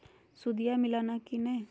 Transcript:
सुदिया मिलाना की नय?